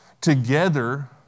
Together